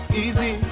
easy